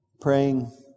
praying